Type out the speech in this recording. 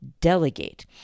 delegate